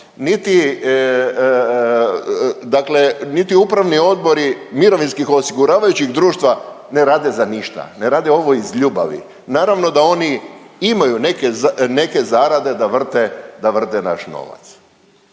dakle upravni odbori mirovinskih osiguravajućih društava ne rade za ništa, ne rade ovo iz ljubavi. Naravno da oni imaju neke zarade da vrte naš novac.